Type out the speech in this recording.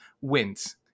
wins